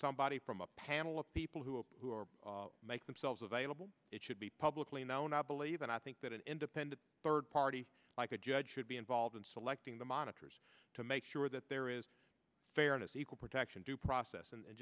somebody from a panel of people who make themselves available it should be publicly known i believe and i think that an independent third party like a judge should be involved in selecting the monitors to make sure that there is fairness equal protection due process and